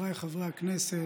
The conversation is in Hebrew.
חבריי חברי הכנסת,